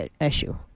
issue